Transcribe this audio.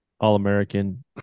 All-American